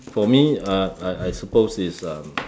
for me uh I I suppose is uh